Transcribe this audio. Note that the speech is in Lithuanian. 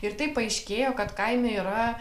ir tai paaiškėjo kad kaime yra